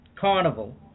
carnival